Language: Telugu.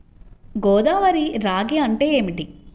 గోదావరి రాగి అంటే ఏమిటి?